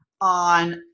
on